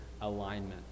alignment